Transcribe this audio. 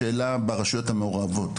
השאלה לגבי הרשויות המעורבות,